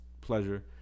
pleasure